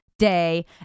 day